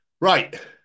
right